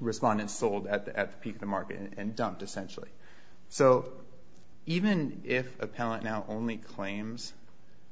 respondents sold at the at the peak the market and dumped essentially so even if appellant now only claims